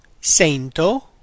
sento